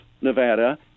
Nevada